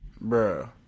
Bro